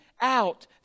out